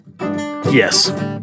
yes